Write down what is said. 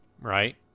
Right